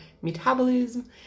metabolism